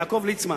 יעקב ליצמן.